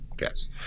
yes